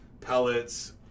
pellets